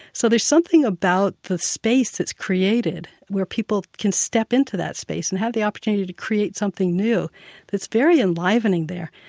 so there's something about the space that's created where people can step into that space and have the opportunity to create something new that's very enlivening there.